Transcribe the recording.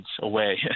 away